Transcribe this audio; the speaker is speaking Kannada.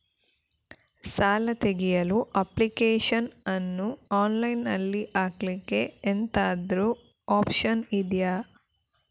ಸಾಲ ತೆಗಿಯಲು ಅಪ್ಲಿಕೇಶನ್ ಅನ್ನು ಆನ್ಲೈನ್ ಅಲ್ಲಿ ಹಾಕ್ಲಿಕ್ಕೆ ಎಂತಾದ್ರೂ ಒಪ್ಶನ್ ಇದ್ಯಾ?